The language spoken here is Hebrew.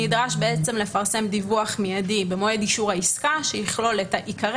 נדרש לפרסם דיווח מיידי במועד אישור העסקה שיכלול את עיקרי